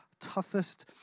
toughest